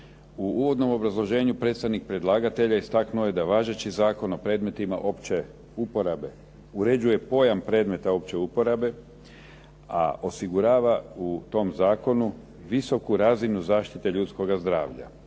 U uvodnom obrazloženju predstavnik predlagatelja istaknuo je da je važeći zakon o predmetima opće uporabe uređuje pojam predmeta opće uporabe a osigurava u tom zakonu visoku razinu zaštite ljudskoga zdravlja.